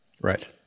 Right